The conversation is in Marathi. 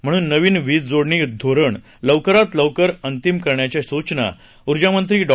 म्हणून नवीन वीज जोडणी धोरण लवकरात लवकर अंतिम करण्याच्या सूचना ऊर्जामंत्री डॉ